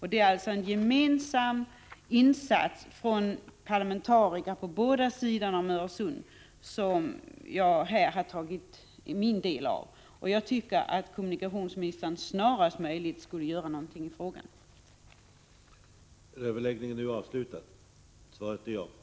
Det är alltså gemensamma insatser från parlamentarikerna på båda sidor om Öresund som krävs, och jag har med detta velat ta min del av ansvaret. Jag tycker att kommunikationsministern snarast möjligt borde göra någonting i denna fråga.